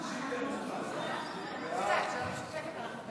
הצעת סיעת הרשימה המשותפת